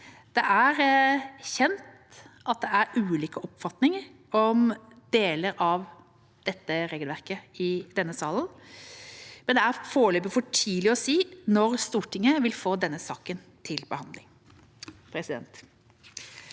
Det er kjent at det er ulike oppfatninger om deler av dette regelverket i denne salen, men det er foreløpig for tidlig å si når Stortinget vil få denne saken til behandling.